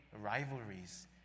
rivalries